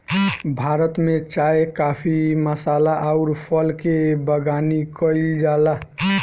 भारत में चाय काफी मसाल अउर फल के बगानी कईल जाला